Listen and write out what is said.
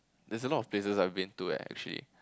there's a lot of places I've been to eh actually